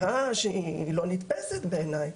אמירה שהיא לא נתפסת בעיני.